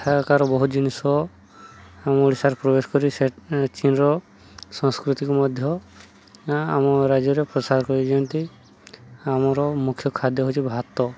ଥାକାର ବହୁତ ଜିନିଷ ଆମ ଓଡ଼ିଶାରେ ପ୍ରବେଶ କରି ସେ ଚିିନ୍ର ସଂସ୍କୃତିକୁ ମଧ୍ୟ ଆମ ରାଜ୍ୟରେ ପ୍ରସାର କରିଦିଅନ୍ତି ଆମର ମୁଖ୍ୟ ଖାଦ୍ୟ ହେଉଛି ଭାତ